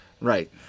Right